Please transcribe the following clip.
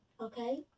Okay